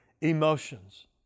emotions